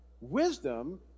Wisdom